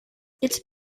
its